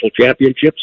championships